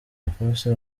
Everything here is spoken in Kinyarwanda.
forces